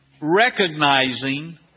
recognizing